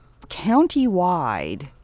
countywide